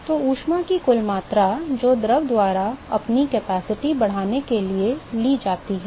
तो ऊष्मा की कुल मात्रा जो द्रव द्वारा अपनी क्षमता बढ़ाने के लिए ली जाती है